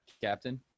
captain